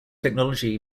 technology